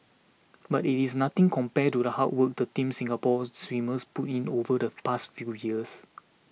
but it is nothing compared to the hard work the Team Singapore swimmers put in over the past few years